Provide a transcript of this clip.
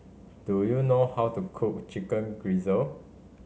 do you know how to cook Chicken Gizzard